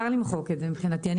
מבחינתי אפשר למחוק את זה.